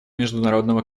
международного